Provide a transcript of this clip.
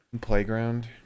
Playground